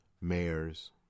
mayors